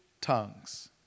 tongues